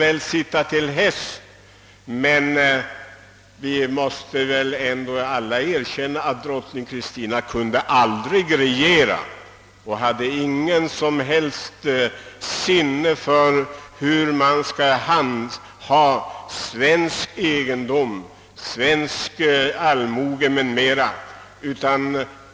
Ändå måste vi väl erkänna att drottning Kristina aldrig kunde regera och att hon inte hade något som helst sinne för svensk egendom och känsla för svensk allmoge.